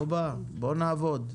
בואו נעבוד.